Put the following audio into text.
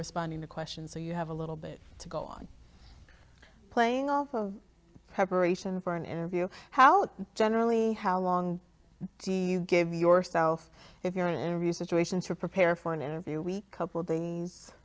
responding to questions so you have a little bit to go on playing all preparation for an interview how generally how long do you give yourself if you're in an interview situation to prepare for an interview we cope with things